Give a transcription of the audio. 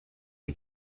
der